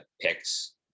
picks